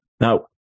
Now